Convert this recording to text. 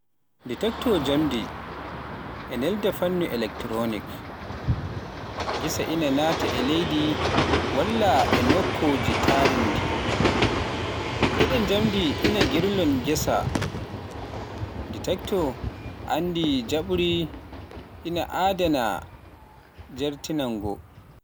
Detektor njamndi ina nelda fannu elektoro-magnetik, Fedde ina naata e leydi walla e nokkuuji taariindi, Geɗe njamndi ina njirloo fannu, Detektor ina annda jiiɓru, ina ummina jeertinaango.